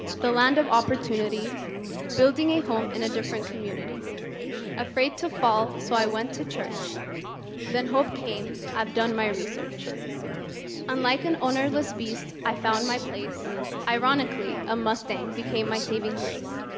the land of opportunity building a home in a different community afraid to fall so i went to church then hope came i've done my research unlike an ownerless beast i found my place ironically a mustang became my saving grace